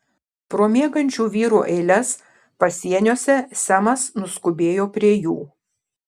pro miegančių vyrų eiles pasieniuose semas nuskubėjo prie jų